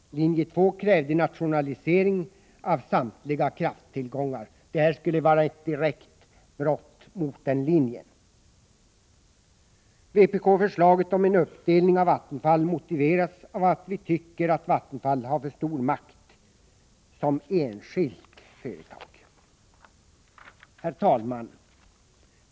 Linje 2 krävde en nationalisering av samtliga krafttillgångar. En försäljning av Vattenfall skulle vara ett direkt brott mot linje 2:s klart uttalade mening. Vpk-förslaget om en uppdelning av Vattenfall motiveras av att vi tycker att Vattenfall har för stor makt som enskilt företag. Herr talman!